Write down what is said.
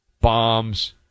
bombs